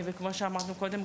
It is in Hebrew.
וכמו שאמרנו קודם,